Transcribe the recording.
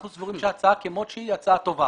אנחנו סבורים שההצעה כמות שהיא היא הצעה טובה